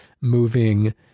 moving